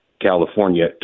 california